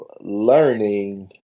learning